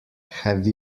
have